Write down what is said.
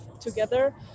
together